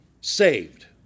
saved